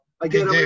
again